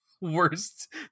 worst